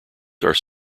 are